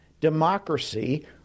democracy